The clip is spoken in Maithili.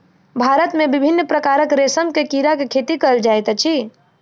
भारत मे विभिन्न प्रकारक रेशम के कीड़ा के खेती कयल जाइत अछि